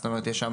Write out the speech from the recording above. זאת אומרת,